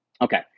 Okay